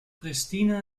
pristina